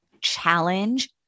challenge